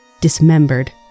dismembered